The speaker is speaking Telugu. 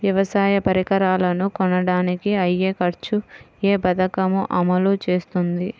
వ్యవసాయ పరికరాలను కొనడానికి అయ్యే ఖర్చు ఏ పదకము అమలు చేస్తుంది?